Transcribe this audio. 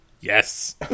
Yes